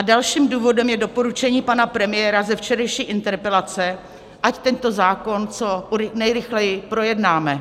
Dalším důvodem je doporučení pana premiéra ze včerejší interpelace, ať tento zákon co nejrychleji projednáme.